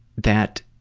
that